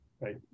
Right